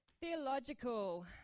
Theological